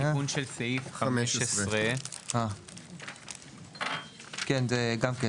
זה התיקון של סעיף 15. זה גם כן